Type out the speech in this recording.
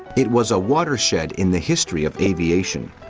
it was a watershed in the history of aviation.